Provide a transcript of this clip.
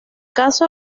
caso